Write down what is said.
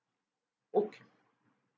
ok